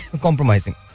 compromising